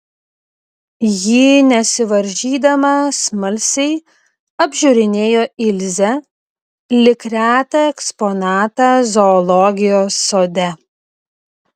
ji nesivaržydama smalsiai apžiūrinėjo ilzę lyg retą eksponatą zoologijos sode